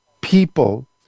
people